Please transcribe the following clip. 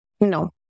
No